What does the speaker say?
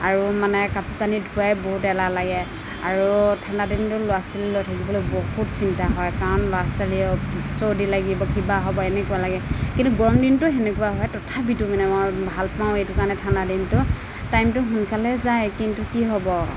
আৰু মানে কাপোৰ কানি ধুৱাই বহুত এলাহ লাগে আৰু ঠাণ্ডা দিনটো ল'ৰা ছোৱালী লৈ থাকিবলৈ বহুত চিন্তা হয় কাৰণ ল'ৰা ছোৱালীয়েও চৰ্দি লাগিব কিবা হ'ব এনেকুৱা লাগে কিন্তু গৰম দিনতো সেনেকুৱা হয় তথাপিতো মানে মই ভাল পাওঁ এইটো কাৰণে ঠাণ্ডা দিনটো টাইমটো সোনকালে যায় কিন্তু কি হ'ব